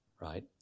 right